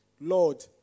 Lord